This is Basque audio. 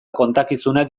kontakizunak